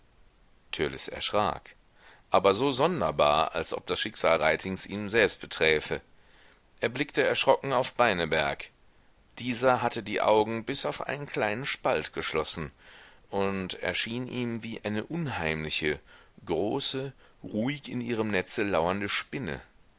erschrak aber so sonderbar als ob das schicksal reitings ihn selbst beträfe er blickte erschrocken auf beineberg dieser hatte die augen bis auf einen kleinen spalt geschlossen und erschien ihm wie eine unheimliche große ruhig in ihrem netze lauernde spinne